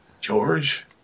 George